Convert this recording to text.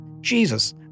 Jesus